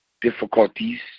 difficulties